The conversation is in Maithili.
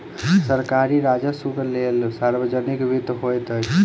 सरकारी राजस्वक लेल सार्वजनिक वित्त होइत अछि